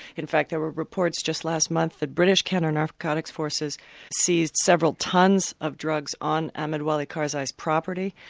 in fact there were reports just last month that british counter-narcotics forces seized several tonnes of drugs on ahmad wali karzai's property,